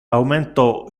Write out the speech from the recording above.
aumentò